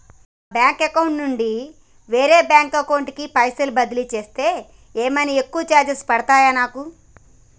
నా bank account నుండి వేరే బ్యాంక్ అకౌంట్ కి పైసల్ బదిలీ చేస్తే ఏమైనా ఎక్కువ చార్జెస్ పడ్తయా నాకు?